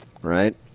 Right